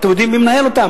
אתם יודעים מי מנהל אותן?